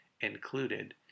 included